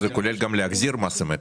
זה כולל גם להחזיר מס אמת.